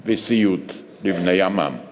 "שיר המעלות לדוד שמחתי באמרים לי בית